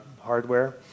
hardware